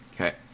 Okay